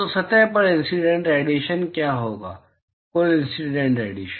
तो सतह पर इंसीडेंट रेडिएशन क्या होगा कुल इंसीडेंट रेडिएशन